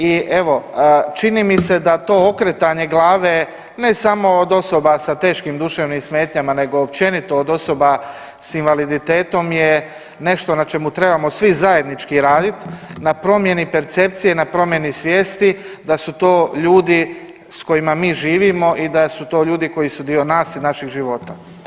I evo, čini mi se da to okretanje glave ne samo od osoba sa teškim duševnim smetnjama nego općenito od osoba s invaliditetom je nešto na čemu trebamo svi zajednički radit na promjeni percepcije i na promjeni svijesti da su to ljudi s kojima mi živimo i da su to ljudi koji su dio nas i našeg života.